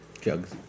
Jugs